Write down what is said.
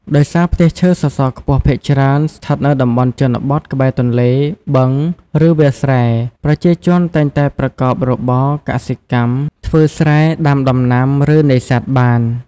ដោយសារផ្ទះឈើសសរខ្ពស់ភាគច្រើនស្ថិតនៅតំបន់ជនបទក្បែរទន្លេ បឹង ឬវាលស្រែ ប្រជាជនតែងតែប្រកបរបរ កសិកម្ម ធ្វើស្រែ ដាំដំណាំ ឬ នេសាទបាន ។